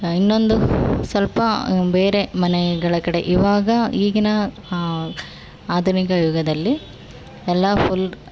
ಇನ್ನೊಂದು ಸ್ವಲ್ಪ ಬೇರೆ ಮನೆಗಳ ಕಡೆ ಇವಾಗ ಈಗಿನ ಆಧುನಿಕ ಯುಗದಲ್ಲಿ ಎಲ್ಲ ಫುಲ್